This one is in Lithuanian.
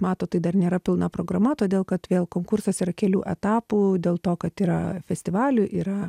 matot tai dar nėra pilna programa todėl kad vėl konkursas yra kelių etapų dėl to kad yra festivalių yra